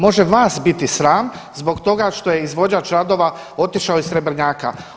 Može vas biti sram zbog toga što je izvođač radova otišao iz Srebrnjaka.